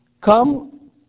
Come